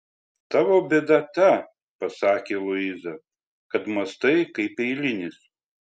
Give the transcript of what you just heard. tavo bėda ta pasakė luiza kad mąstai kaip eilinis